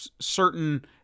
certain